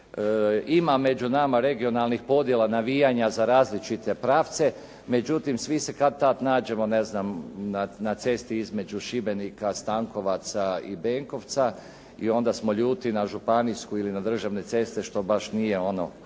Ima među nama regionalnih podjela, navijanja za različite pravce, međutim svi se kad-tad nađemo na cesti između Šibenika, Stankovaca i Benkovca i onda smo ljuti na županijsku ili na državne ceste, što baš nije ono